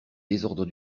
désordre